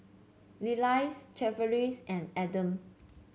Lillia Tavares and Adam